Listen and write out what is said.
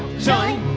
join